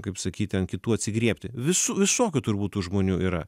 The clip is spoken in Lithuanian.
kaip sakyti ant kitų atsigriebti visų visokių turbūt tų žmonių yra